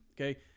Okay